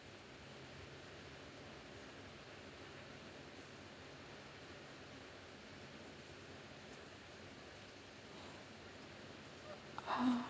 oh